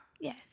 Yes